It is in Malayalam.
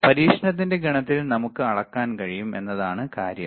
പരീക്ഷണത്തിന്റെ ഗണത്തിൽ നമുക്ക് അളക്കാൻ കഴിയും എന്നതാണ് കാര്യം